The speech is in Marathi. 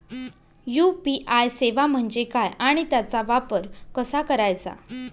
यू.पी.आय सेवा म्हणजे काय आणि त्याचा वापर कसा करायचा?